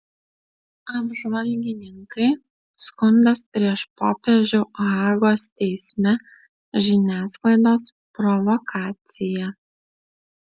apžvalgininkai skundas prieš popiežių hagos teisme žiniasklaidos provokacija